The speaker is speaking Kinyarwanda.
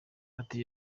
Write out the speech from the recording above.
ati